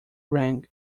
rang